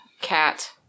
cat